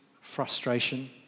frustration